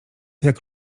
jak